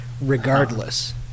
regardless